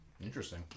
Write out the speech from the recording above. interesting